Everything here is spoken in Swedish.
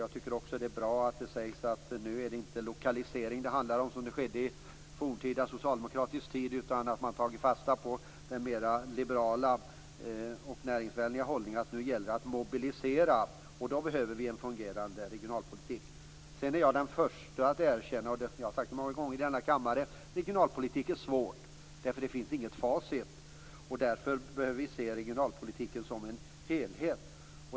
Jag tycker också att det är bra att det sägs att det nu inte är lokalisering det handlar om, såsom skedde i forntida socialdemokratisk tid, utan att man har tagit fasta på den mer liberala, näringsvänliga hållningen att det gäller att mobilisera. Då behöver vi en fungerande regionalpolitik. Sedan är jag den förste att erkänna, och jag har sagt det många gånger i denna kammare, att regionalpolitik är svårt. Det finns inget facit. Därför bör vi se regionalpolitiken som en helhet.